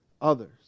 others